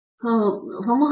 ಪ್ರತಾಪ್ ಹರಿಡೋಸ್ ಸರಿ